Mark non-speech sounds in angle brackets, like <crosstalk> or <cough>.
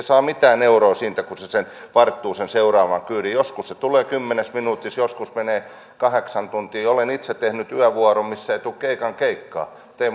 <unintelligible> saa mitään euroa siitä kun se vartoo sen seuraavan kyydin joskus se tulee kymmenessä minuutissa joskus menee kahdeksan tuntia olen itse tehnyt yövuoron missä ei tullut keikan keikkaa mutta ei <unintelligible>